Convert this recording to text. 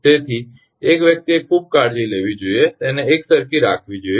તેથી એક વ્યક્તિએ ખૂબ કાળજી લેવી જોઈએ કે તેને એકસરખી રાખવી જોઈએ